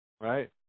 right